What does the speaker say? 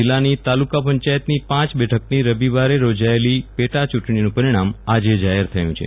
જીલ્લાની તાલુકા પંચાયતની પાંચ બેઠકની રવિવારે યોજાયેલી પેટા ચુંટણીનું પરિણામ આજે જાહેર થયુ છે